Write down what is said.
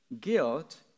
guilt